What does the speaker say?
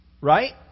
Right